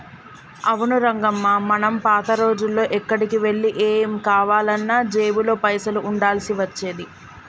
అవును రంగమ్మ మనం పాత రోజుల్లో ఎక్కడికి వెళ్లి ఏం కావాలన్నా జేబులో పైసలు ఉండాల్సి వచ్చేది